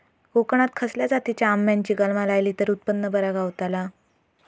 कोकणात खसल्या जातीच्या आंब्याची कलमा लायली तर उत्पन बरा गावताला?